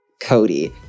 Cody